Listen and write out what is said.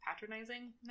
patronizing